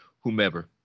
whomever